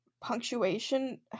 Punctuation